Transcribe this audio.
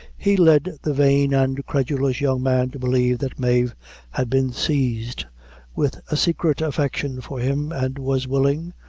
he led the vain and credulous young man to believe that mave had been seized with a secret affection for him, and was willing,